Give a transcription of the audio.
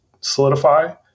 solidify